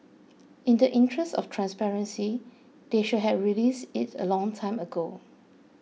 in the interest of transparency they should have released it a long time ago